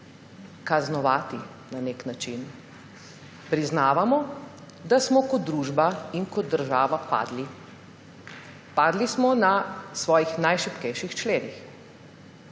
kaznovati, na nek način, priznavamo, da smo kot družba in kot država padli. Padli smo na svojih najšibkejših členih.